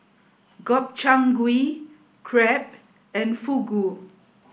Gobchang Gui Crepe and Fugu